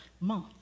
month